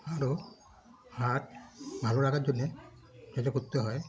আরও হার্ট ভালো রাখার জন্যে যেটা করতে হয়